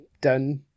done